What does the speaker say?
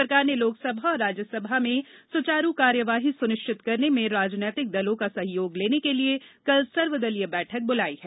सरकार ने लोकसभा और राज्यसभा में सुचारू कार्यवाही सुनिश्चित करने में राजनीतिक दलों का सहयोग लेने के लिए कल सर्वदलीय बैठक बुलाई है